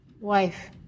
Wife